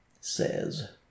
says